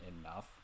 enough